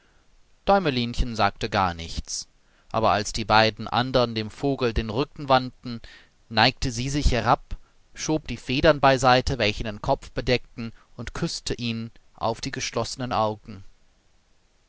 däumelinchen sagte gar nichts aber als die beiden andern dem vogel den rücken wandten neigte sie sich herab schob die federn beiseite welche den kopf bedeckten und küßte ihn auf die geschlossenen augen